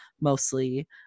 mostly